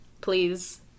please